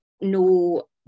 no